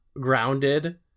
grounded